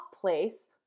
place